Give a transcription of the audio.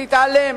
להתעלם,